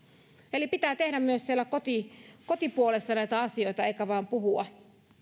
eli pitää tehdä myös siellä kotipuolessa näitä asioita eikä vain puhua